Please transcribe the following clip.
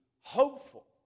hopeful